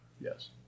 Yes